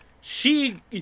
She-